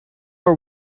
are